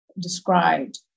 described